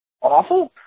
awful